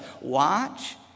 Watch